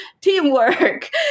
teamwork